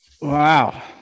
Wow